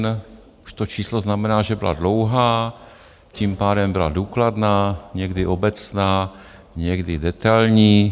Už to číslo znamená, že byla dlouhá, tím pádem byla důkladná, někdy obecná, někdy detailní.